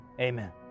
amen